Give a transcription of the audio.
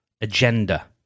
agenda